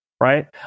right